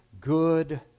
good